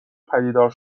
پدیدار